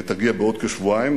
תגיע בעוד כשבועיים,